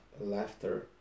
laughter